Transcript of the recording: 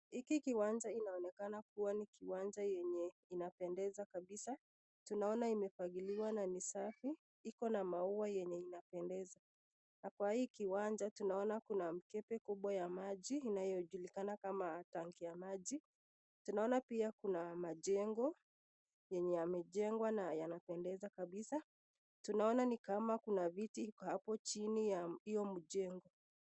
Hiki kiwanja inaonekana kuwa kiwanja yenye inapendeza kabisa tunaona imefagiliwa na safi Iko na maua yenye inapendeza, na kwa hii kiwanja tunaona kuna mkebe kubwa ya maji inayojulikana kama tangi ya maji tunaona pia kuna majengo yenye yamejengwa na yanapendeza kabisa tunaona ni kama Kuna viti iko hapo chini ya mjengo.